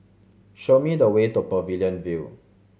show me the way to Pavilion View